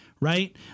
Right